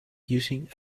using